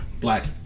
Black